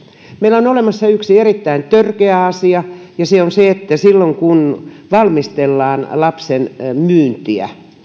meillä on olemassa yksi erittäin törkeä asia ja se on se että silloin kun valmistellaan lapsen myyntiä